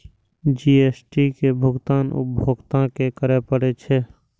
GST के भुगतान उपभोक्ता कें करय पड़ै छै